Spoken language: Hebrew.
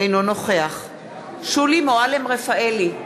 אינו נוכח שולי מועלם-רפאלי,